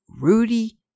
Rudy